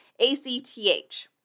ACTH